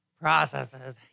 Processes